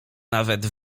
nawet